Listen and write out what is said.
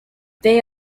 they